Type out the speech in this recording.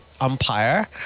umpire